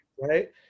Right